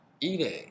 eating